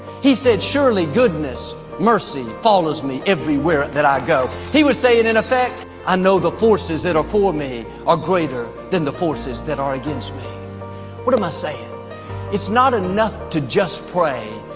he said surely goodness mercy follows me everywhere that i go he was saying in effect i know the forces that are for me are greater than the forces that are against me what am i saying? it's not enough to just pray.